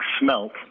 smelt